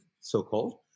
so-called